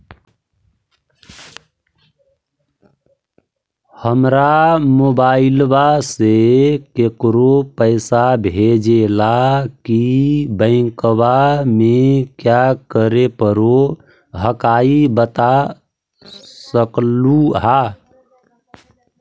हमरा मोबाइलवा से केकरो पैसा भेजे ला की बैंकवा में क्या करे परो हकाई बता सकलुहा?